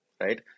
right